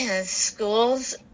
schools